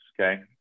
Okay